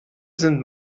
sind